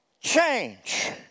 Change